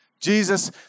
Jesus